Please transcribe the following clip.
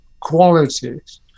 qualities